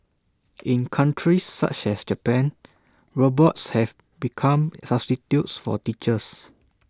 in countries such as Japan robots have become substitutes for teachers